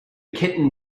kitten